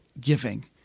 giving